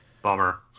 Bummer